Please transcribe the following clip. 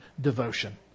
devotion